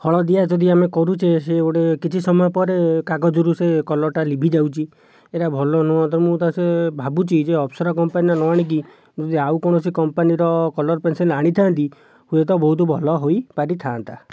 ହଳଦିଆ ଯଦି ଆମେ କରୁଛେ ସେ ଗୋଟିଏ କିଛି ସମୟ ପରେ କାଗଜରୁ ସେ କଲର୍ଟା ଲିଭିଯାଉଛି ଏରା ଭଲ ନୁହଁ ତ ମୁଁ ତ ସେ ଭାବୁଛି ଯେ ଅପସରା କମ୍ପାନୀର ନ ଆଣିକି ଯଦି ଆଉ କୌଣସି କମ୍ପାନୀର କଲର୍ ପେନ୍ସିଲ୍ ଆଣିଥାନ୍ତି ହୁଏ ତ ବହୁତ ଭଲ ହୋଇପାରିଥା'ନ୍ତା